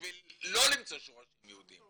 בשביל לא למצוא שורשים יהודיים.